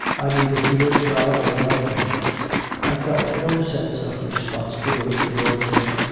i neither feared god nor loved him i felt no sense of responsibility towards him,